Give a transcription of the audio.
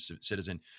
citizen